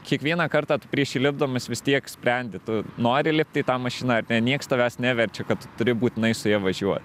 kiekvieną kartą tu prieš įlipdamas vis tiek sprendi tu nori lipti į tą mašiną ar ne nieks tavęs neverčia kad tu turi būtinai su ja važiuot